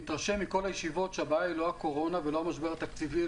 אני מתרשם מכל הישיבות שהבעיה היא לא הקורונה ולא המשבר התקציבי,